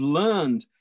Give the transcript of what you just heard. learned